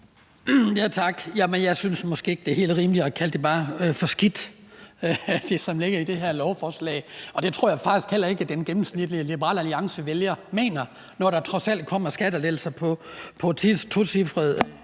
Tak. Jeg synes måske ikke, at det er helt rimeligt bare at kalde det for skidt, som ligger i det her lovforslag. Det tror jeg faktisk heller ikke den gennemsnitlige Liberal Alliance-vælger mener, når der trods alt kommer skattelettelser på tocifrede